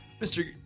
Mr